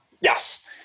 yes